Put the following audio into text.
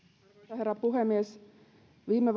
herra puhemies viime